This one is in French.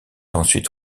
ensuite